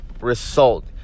result